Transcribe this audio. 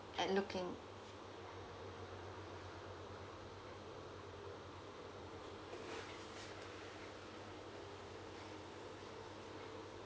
at looking